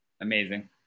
amazing